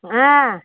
ஆ